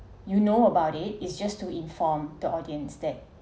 you know about it it's just to inform the audience that